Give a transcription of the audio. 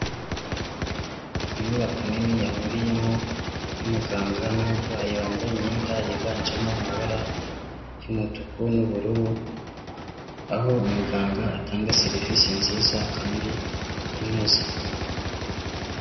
Inyubako nini yahuriyemo umuganga n'umurwayi wambaye imyenda yiganjemo amabara y'umutuku n'ubururu aho umuganga atanga serivise nziza kandi inoze.